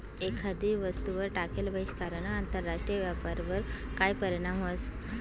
एखादी वस्तूवर टाकेल बहिष्कारना आंतरराष्ट्रीय व्यापारवर काय परीणाम व्हस?